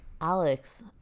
alex